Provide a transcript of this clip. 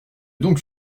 donc